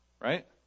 Right